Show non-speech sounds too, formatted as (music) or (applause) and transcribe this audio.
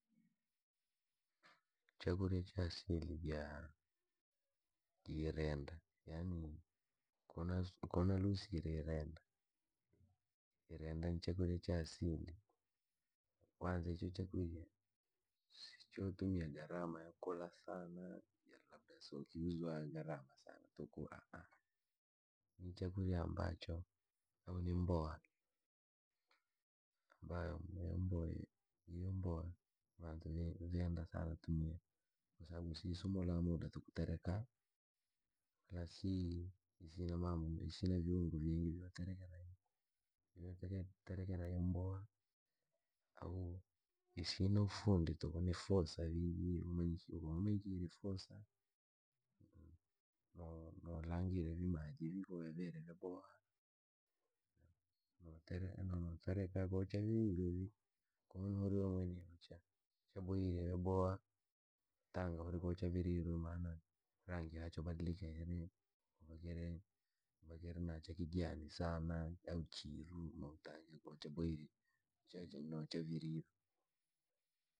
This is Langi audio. Chakurya cha asili cha ni irenda, yaani konasu konarulusikira irenda, (hesitation) irenda ni chakurya cha asili kuu, kwanza icho chakurya, sicho tumia gharama yakula sana ja labda kiuzwa gharama sana tukula aha, ni chakurya ambacho, au ni mboa, ambayo nimbui iyomboa vantu vingi venda sana tumia nenda sara itumiya, kwasaabu si itumia muda kutereka, na sii isina mamburi sina viungo vingi vyo terekera iiko. yote terekera imboa, au isina ufundi tuku ni fuusa vii nyire umalikile womanyire wamaikirye fuusa, no- nokangirya vii maji ko yavire vyaboha, no tereka navo ntereka vo chavirirwa vii, koona uri chabohire vyaboha, tanga uri vo chavirwe rumamani, rangi ya chobadilisha ili, koo giri, ubhagire nacho kijani sana au chiro de utange che chabwire, cheche no chavirwe,.